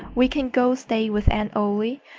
we can go stay with aunt ollie,